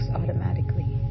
automatically